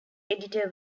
editor